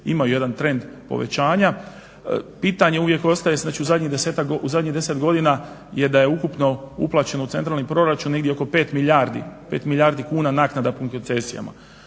imaju jedan trend povećanja. Pitanje uvijek ostaje znači u zadnjih 10 godina je da je ukupno uplaćeno u centralni proračun negdje oko 5 milijardi kuna naknada koncesijama.